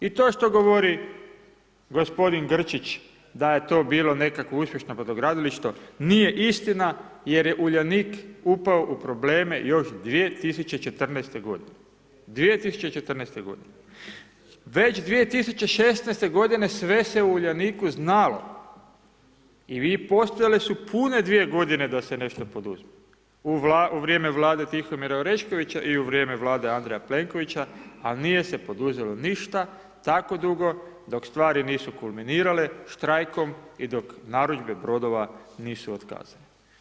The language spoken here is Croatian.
I to što govori gospodin Grčić da je to bilo nekakvo uspješno brodogradilište nije istina jer je Uljanik upao u probleme još 2014. godine, 2014. godine, već 2016. godine sve se u Uljaniku znalo i postojale su pune 2 godine da se nešto poduzme u vrijeme vlade Tihomira Oreškovića i u vrijeme vlade Andreja Plenkovića, a nije se poduzelo ništa tako dugo dok stvari nisu kulminirale štrajkom i dok narudžbe brodova nisu otkazane.